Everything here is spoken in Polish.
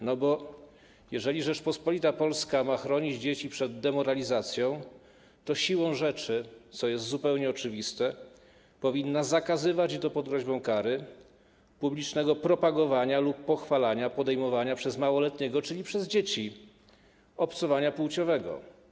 Jeżeli bowiem Rzeczpospolita Polska ma chronić dzieci przed demoralizacją, to siłą rzeczy, co jest zupełnie oczywiste, powinna zakazywać, i to pod groźbą kary, publicznego propagowania lub pochwalania podejmowania przez małoletniego, czyli przez dzieci, obcowania płciowego.